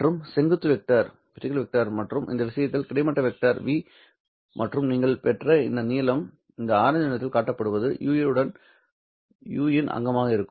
மற்றும் செங்குத்து வெக்டர் மற்றும் இந்த விஷயத்தில் கிடைமட்ட வெக்டர் 'v மற்றும் நீங்கள் பெற்ற இந்த நீளம் இந்த ஆரஞ்சு நிறத்தில் காட்டப்படுவது 'u உடன் 'u இன் அங்கமாக இருக்கும்